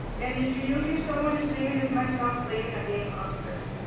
and if you hear someone screaming, it's my son playing a game upstairs.